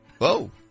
Whoa